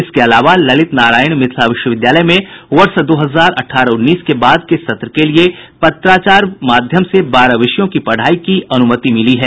इसके अलावा ललित नारायण मिथिला विश्वविद्यालय में वर्ष दो हजार अठारह उन्नीस के बाद के सत्र के लिए पत्राचार के माध्यम से बारह विषयों की पढ़ाई की अनुमति मिली है